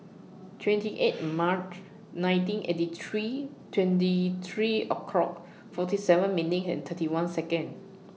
twenty eight March nineteen eighty three twenty three o'clock forty seven minutes and thirty one Seconds